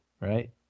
right